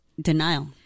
denial